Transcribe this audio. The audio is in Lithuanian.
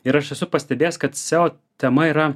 ir aš esu pastebėjęs kad seo tema yra